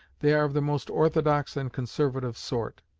they are of the most orthodox and conservative sort.